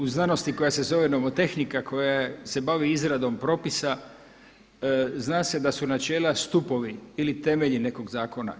U znanosti koja se zove nomotehnika koja se bavi izradom propisa zna se da su načela stupovi ili temelji nekog zakona.